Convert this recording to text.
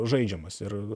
žaidžiamas ir